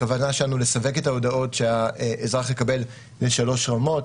הכוונה שלנו היא לסווג את ההודעות שהאזרח יקבל לשלוש רמות: